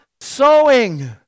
sowing